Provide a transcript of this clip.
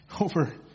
over